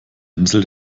insel